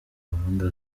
gahunda